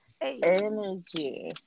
energy